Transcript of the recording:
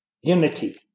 unity